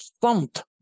thumped